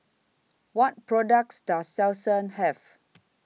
What products Does Selsun Have